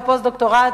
בפוסט-דוקטורט,